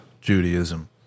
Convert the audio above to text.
Judaism